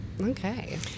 okay